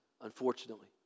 unfortunately